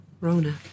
Rona